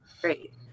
Great